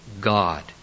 God